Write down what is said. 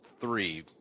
three